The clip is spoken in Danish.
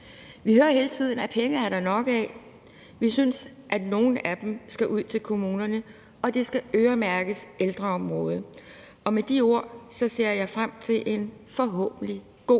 Vi hører hele tiden, at penge er der nok af. Vi synes, at nogle af dem skal ud til kommunerne, og at de skal øremærkes ældreområdet. Med de ord ser jeg frem til en forhåbentlig god